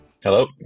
Hello